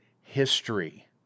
history